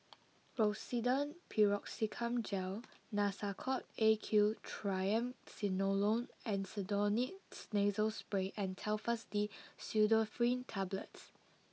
Rosiden Piroxicam Gel Nasacort A Q Triamcinolone Acetonide Nasal Spray and Telfast D Pseudoephrine Tablets